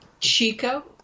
Chico